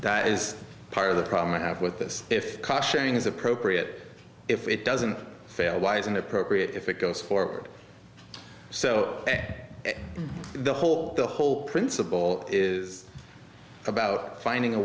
that is part of the problem i have with this if caution is appropriate if it doesn't fail wise and appropriate if it goes forward so the whole the whole principal is about finding a